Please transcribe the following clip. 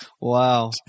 wow